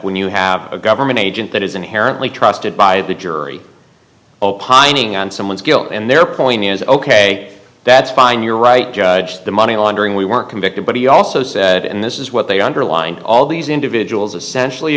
when you have a government agent that is inherently trusted by the jury opining on someone's guilt and their point is ok that's fine you're right judge the money laundering we weren't convicted but he also said and this is what they underlined all these individuals essentially